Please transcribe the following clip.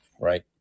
Right